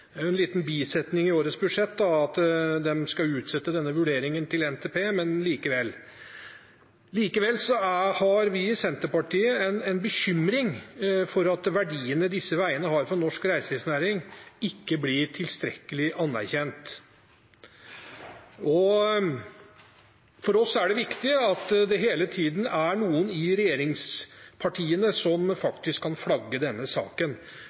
Det er en liten bisetning i årets budsjett at de skal utsette denne vurderingen til NTP, men likevel har vi i Senterpartiet en bekymring for at verdiene som disse veiene har for norsk reiselivsnæring, ikke blir tilstrekkelig anerkjent. For oss er det viktig at det hele tiden er noen i regjeringspartiene som faktisk kan flagge denne saken.